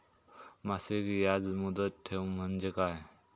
मासिक याज मुदत ठेव म्हणजे काय?